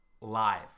live